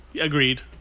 Agreed